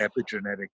epigenetic